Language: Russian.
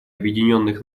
объединенных